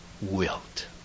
wilt